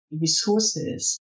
resources